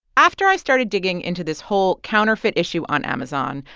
after i started digging into this whole counterfeit issue on amazon,